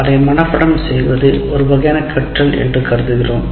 அதை மனப்பாடம் செய்வது ஒரு வகையான கற்றல் என்று கருதுகிறோம்